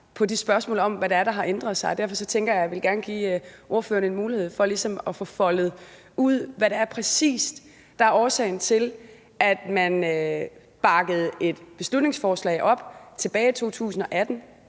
på de spørgsmål om, hvad det er, der har ændret sig. Og derfor tænker jeg, at jeg gerne vil give ordføreren en mulighed for ligesom at få foldet ud, hvad det præcis er, der er årsagen til, at man bakkede et beslutningsforslag op tilbage i 2018,